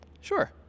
Sure